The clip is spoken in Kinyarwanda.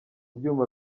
byuma